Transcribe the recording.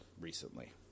recently